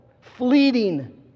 fleeting